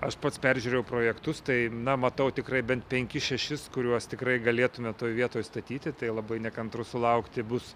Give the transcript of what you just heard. aš pats peržiūrėjau projektus tai na matau tikrai bent penkis šešis kuriuos tikrai galėtumėme toj vietoj statyti tai labai nekantru sulaukti bus